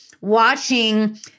watching